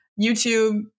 YouTube